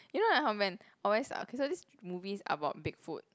you know like how men always okay these movies about Big Foot